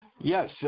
Yes